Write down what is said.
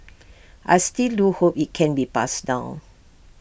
I still do hope IT can be passed down